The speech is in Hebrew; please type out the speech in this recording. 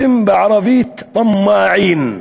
אתם בערבית "טמעים".